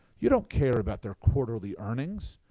you don't care about their quarterly earnings.